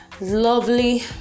Lovely